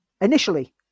Initially